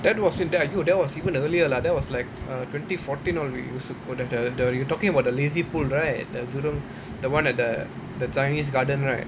that was in that !aiyo! that was even earlier lah that was like uh twenty fourteen uh we used to go that the the you talking about the lazy pool right the jurong the [one] at the the chinese garden right